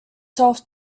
self